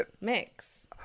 mix